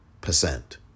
percent